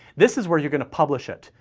this is where you're gonna publish it.